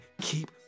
keep